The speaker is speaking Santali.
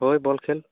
ᱦᱳᱭ ᱵᱚᱞ ᱠᱷᱮᱞ